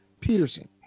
Peterson